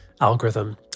algorithm